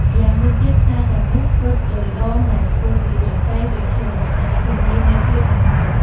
ម្យ៉ាងវិញទៀត ខ្សែទាំងនោះរត់លើដងដែលធ្វើពីឫស្សី ឬឈើ ដែលធានានូវភាពរឹងមាំ។